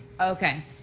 Okay